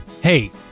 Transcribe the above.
hey